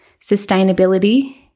sustainability